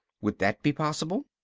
would that be possible?